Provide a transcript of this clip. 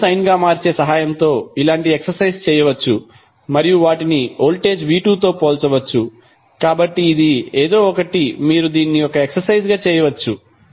cos ను sine గా మార్చే సహాయంతో ఇలాంటి ఎక్సర్సైజ్ చేయవచ్చు మరియు వాటిని వోల్టేజ్ v2తో పోల్చవచ్చు కాబట్టి ఇది ఏదో ఒకటి మీరు దీన్ని ఒక ఎక్సర్సైజ్ గా చేయవచ్చు